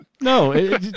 No